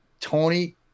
Tony